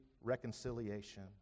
reconciliation